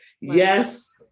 Yes